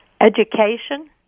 Education